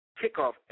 kickoff